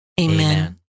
Amen